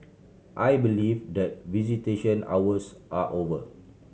I believe that visitation hours are over